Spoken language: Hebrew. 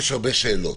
שאלות.